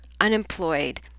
unemployed